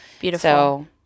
Beautiful